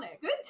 Good